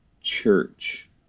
church